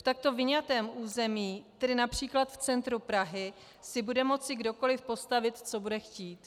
V takto vyňatém území, tedy například v centru Prahy, si bude moci kdokoliv postavit, co bude chtít.